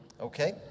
Okay